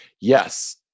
Yes